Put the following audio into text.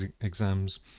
exams